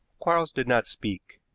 quarles did not speak.